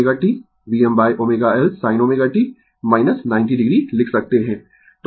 Vmω L sin ω t 90 o लिख सकते है